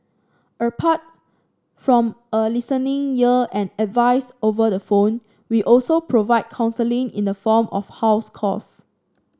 apart from a listening ear and advice over the phone we also provide counselling in the form of house calls